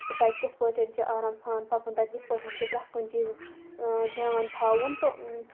تَتہِ کِتھ پٲٹھۍ چھِ آرام سان پَکُن تَتہِ کِتھ پٲٹھۍ چھِ پرٛٮ۪تھ کُنہِ چیٖزَس دھیان تھاوُن تہٕ